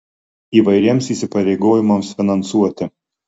įvairiems įsipareigojimams finansuoti